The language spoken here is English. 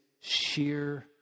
sheer